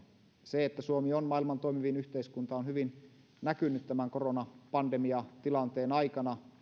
se että suomi on maailman toimivin yhteiskunta on hyvin näkynyt tämän koronapandemiatilanteen aikana